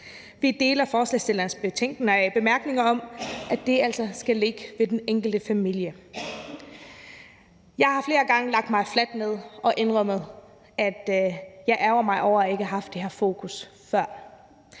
Vi deler forslagsstillernes bemærkninger om, at det altså skal ligge hos den enkelte familie. Jeg har flere gange lagt mig fladt ned og indrømmet, at jeg ærgrer mig over ikke at have haft det her fokus før.